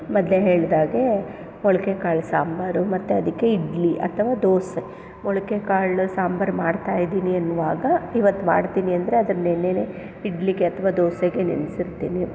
ಮೊದ್ಲೇ ಹೇಳಿದಾಗೆ ಮೊಳಕೆ ಕಾಳು ಸಾಂಬಾರು ಮತ್ತು ಅದಕ್ಕೆ ಇಡ್ಲಿ ಅಥವಾ ದೋಸೆ ಮೊಳಕೆ ಕಾಳು ಸಾಂಬಾರು ಮಾಡ್ತಾಯಿದ್ದೀನಿ ಅನ್ನುವಾಗ ಇವತ್ತು ಮಾಡ್ತೀನಿ ಅಂದರೆ ಅದು ನೆನ್ನೆನೇ ಇಡ್ಲಿಗೆ ಅಥವಾ ದೋಸೆಗೆ ನೆನಸಿರ್ತೀನಿ